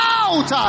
out